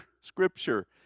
scripture